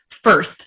First